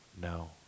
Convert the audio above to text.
no